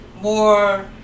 more